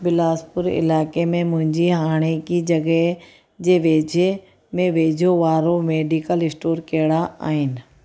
बिलासपुर इलाइक़े में मुंहिंजी हाणोकी जॻहि जे वेझे में वेझो वारा मेडिकल स्टोर कहिड़ा आहिनि